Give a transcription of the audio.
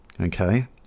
okay